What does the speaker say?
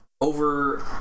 over